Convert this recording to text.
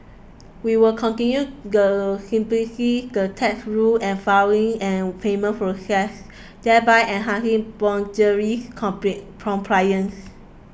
we will continue the simplify the tax rules and filing and payment processes thereby enhancing voluntary compliance